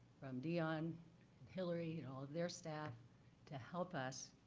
from deone and hillary and all of their staff to help us